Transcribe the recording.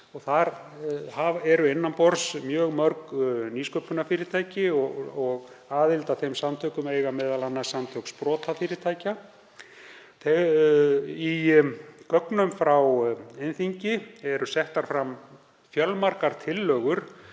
og þar eru innan borðs mjög mörg nýsköpunarfyrirtæki og aðild að þeim samtökum eiga m.a. Samtök sprotafyrirtækja. Í gögnum frá iðnþingi eru settar fram fjölmargar tillögur